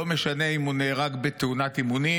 לא משנה אם הוא נהרג בתאונת אימונים,